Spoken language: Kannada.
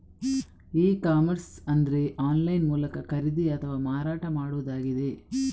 ಇ ಕಾಮರ್ಸ್ ಅಂದ್ರೆ ಆನ್ಲೈನ್ ಮೂಲಕ ಖರೀದಿ ಅಥವಾ ಮಾರಾಟ ಮಾಡುದಾಗಿದೆ